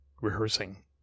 rehearsing